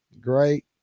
Great